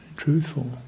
Truthful